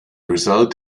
result